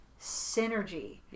synergy